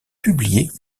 publiées